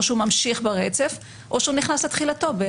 שהוא ממשיך ברצף או שהוא נכנס לתחילתו.